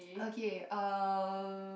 okay uh